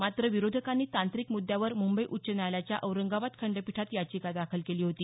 मात्र विरोधकांनी तांत्रिक मुद्यांवर मुंबई उच्च न्यायालयाच्या औरंगाबाद खंडपीठात याचिका दाखल केली होती